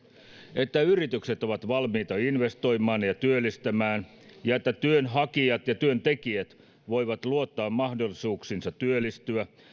että yritykset ovat valmiita investoimaan ja työllistämään ja että työnhakijat ja työntekijät voivat luottaa mahdollisuuksiinsa työllistyä